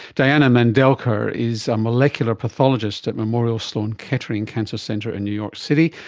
diana mandelker is a molecular pathologist at memorial sloan kettering cancer centre in new york city.